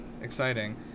Exciting